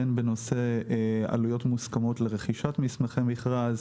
הן בנושא עלויות מוסכמות לרכישת מסמכי מכרז,